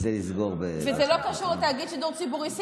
זה לסגור, וזה לא קשור לתאגיד שידור ציבורי.